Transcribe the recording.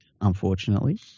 unfortunately